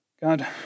God